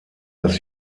dass